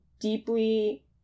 deeply